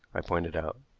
i pointed out.